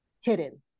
hidden